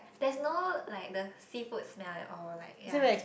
there's no like the seafood smell at all like ya